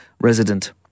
Resident